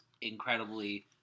incredibly